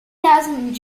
thousand